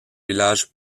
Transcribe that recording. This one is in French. village